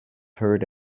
herd